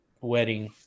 wedding